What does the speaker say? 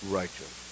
righteous